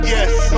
Yes